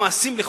ומעשים לחוד.